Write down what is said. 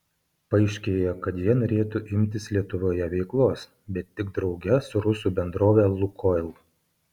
paaiškėjo kad jie norėtų imtis lietuvoje veiklos bet tik drauge su rusų bendrove lukoil